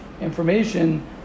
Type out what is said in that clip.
information